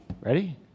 ready